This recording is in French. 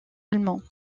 allemands